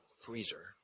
freezer